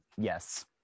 yes